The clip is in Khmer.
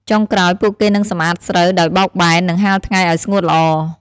ចុងក្រោយ ពួកគេនឹងសំអាតស្រូវដោយបោកបែន និងហាលថ្ងៃឱ្យស្ងួតល្អ។